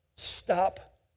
stop